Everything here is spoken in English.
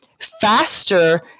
Faster